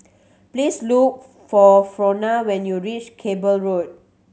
please look for Frona when you reach Cable Road